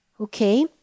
Okay